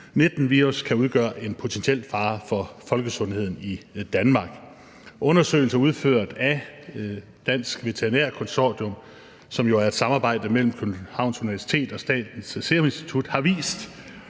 covid-19 kan udgøre en potentiel fare for folkesundheden i Danmark. Undersøgelser udført af Dansk Veterinær Konsortium, som jo er et samarbejde mellem Københavns Universitet og Statens Serum Institut, har vist,